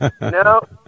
No